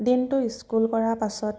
দিনটো স্কুল কৰাৰ পাছত